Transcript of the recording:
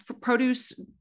produce